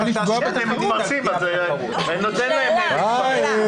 מהניסיון שלי,